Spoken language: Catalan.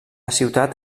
ciutat